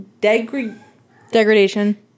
degradation